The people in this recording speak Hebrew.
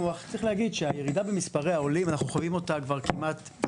את הירידה במספרי העולים מצרפת אנחנו חווים אותה כבר שנה,